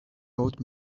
old